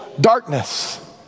darkness